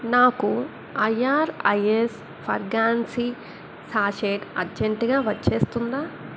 నాకు IRIS fragrancy sachet అర్జెంటుగా వచ్చేస్తుందా